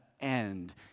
end